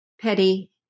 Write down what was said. petty